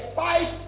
five